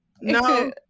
No